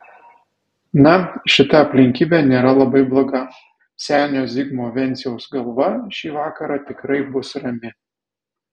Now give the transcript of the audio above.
na šita aplinkybė nėra labai bloga senio zigmo venciaus galva šį vakarą tikrai bus rami